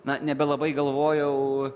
na nebelabai galvojau